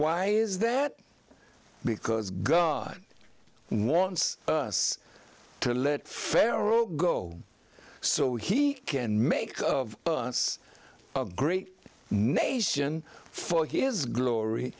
why is that because god wants us to let pharaoh go so he can make of us a great nation for his glory